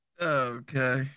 Okay